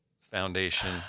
foundation